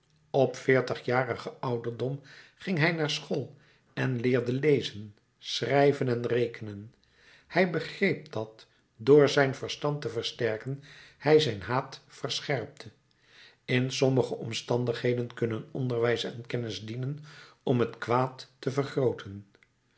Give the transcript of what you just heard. op veertigjarigen ouderdom ging hij naar school en leerde lezen schrijven en rekenen hij begreep dat door zijn verstand te versterken hij zijn haat verscherpte in sommige omstandigheden kunnen onderwijs en kennis dienen om het kwaad te vergrooten